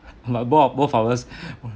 both both of us